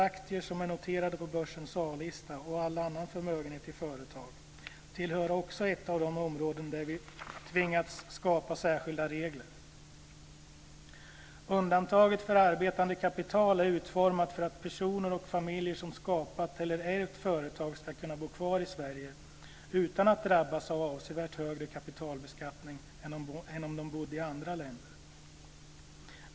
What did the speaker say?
aktier som är noterade på börsens A-lista och all annan förmögenhet i företag, tillhör också ett av de områden där vi tvingats skapa särskilda regler. Undantaget för arbetande kapital är utformat för att personer och familjer som skapat eller ärvt företag ska kunna bo kvar i Sverige utan att drabbas av avsevärt högre kapitalbeskattning än om de bodde i andra länder.